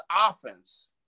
offense